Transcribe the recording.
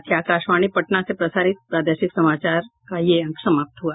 इसके साथ ही आकाशवाणी पटना से प्रसारित प्रादेशिक समाचार का ये अंक समाप्त हुआ